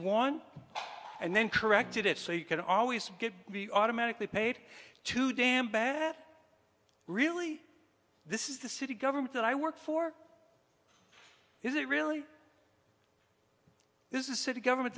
one and then corrected it so you can always get we automatically paid too damn bad that really this is the city government that i work for is it really this is city government